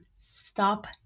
Stop